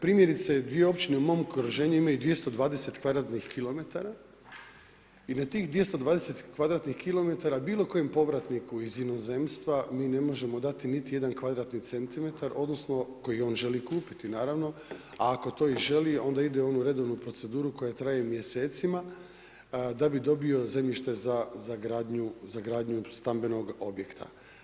Primjerice dvije općine u mom okruženju imaju 220 kvadratnih kilometara i na tih 220 kvadratnih kilometara, bilo kojem povratniku iz inozemstva mi ne možemo dati niti jedan kvadratni centimetar, koji on želi kupiti naravno, a ako to i želi onda ide u onu redovnu proceduru koja traje mjesecima da bi dobio zemljište za gradnju stambenog objekta.